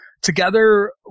together